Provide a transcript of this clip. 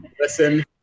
Listen